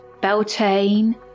Beltane